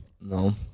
No